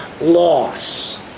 Loss